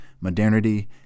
modernity